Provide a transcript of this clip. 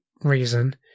reason